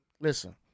listen